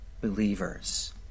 believers